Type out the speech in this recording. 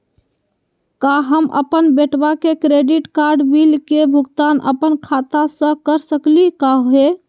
का हम अपन बेटवा के क्रेडिट कार्ड बिल के भुगतान अपन खाता स कर सकली का हे?